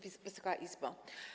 Wysoka Izbo!